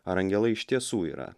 ar angelai iš tiesų yra